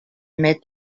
made